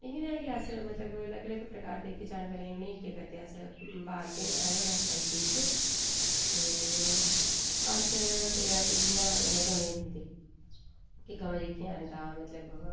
अस मतलब कि अलग अलग प्रकार दे जेह्के जानवरें ई जानवरें ई उ'नें ई इक्कै करदे अस पालदे न ऐनीमल हस्बैंडरी च ते अस परिआर्टी मतलब जि'यां गवें ई दिंदे फ्ही हवां जेह्कियां हैन मतलब